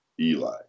Eli